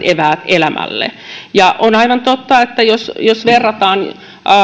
eväät elämälle ja on aivan totta että jos jos verrataan